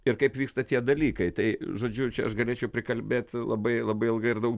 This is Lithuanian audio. ir kaip vyksta tie dalykai tai žodžiu čia aš galėčiau prikalbėt labai labai ilgai ir daug